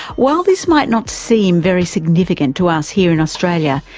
while this might not seem very significant to us here in australia,